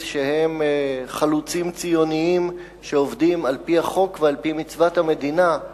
שהם חלוצים ציונים שעובדים על-פי החוק ועל-פי מצוות המדינה,